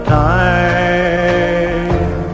time